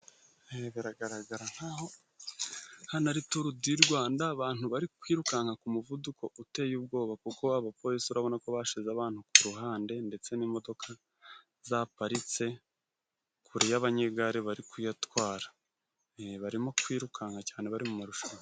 Biragaragara nk'aho hano ari turu di Rwanda. Abantu bari kwirukanka ku muvuduko uteye ubwoba, kuko abapolisi urabona ko bashyize abantu ku ruhande, ndetse n'imodoka zaparitse kure y'abanyegare. Bari kugatwara barimo kwirukanka cyane bari mu marushanwa.